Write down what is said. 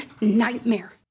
nightmare